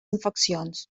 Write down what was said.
infeccions